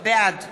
בעד